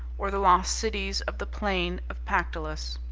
or the lost cities of the plain of pactolus.